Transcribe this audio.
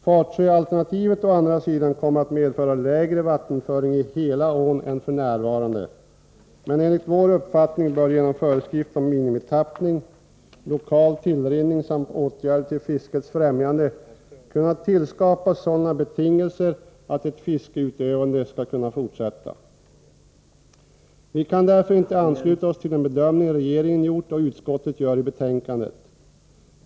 Fatsjöalternativet å andra sidan kommer att medföra lägre vattenföring i hela ån än f.n., men enligt vår uppfattning bör genom föreskrift om minimitappning, lokal tillrinning samt åtgärder till fiskets främjande sådana betingelser kunna tillskapas att ett fiskeutövande skall kunna fortsätta. Vi kan därför inte ansluta oss till den bedömning regeringen gjort och utskottet gör i betänkandet.